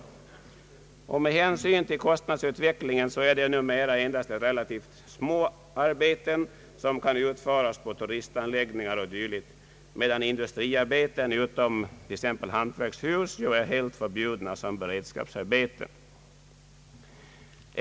Med hänsyn till kostnadsutvecklingen är det numera endast relativt små arbeten som kan utföras på turistanläggningar och liknande byggnader, medan industribyggnader utom exempelvis hantverkshus ju är helt förbjudna som beredskapsarbeten.